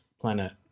planet